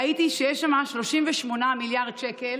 ראיתי שיש 38 מיליארד שקל